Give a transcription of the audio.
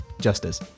justice